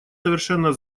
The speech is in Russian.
совершенно